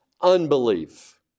unbelief